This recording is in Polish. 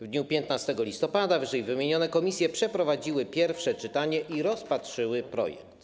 W dniu 15 listopada ww. komisje przeprowadziły pierwsze czytanie i rozpatrzyły projekt.